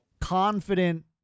confident